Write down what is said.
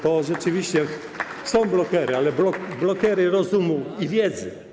To rzeczywiście są blokery, ale blokery rozumu i wiedzy.